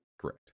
Correct